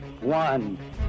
one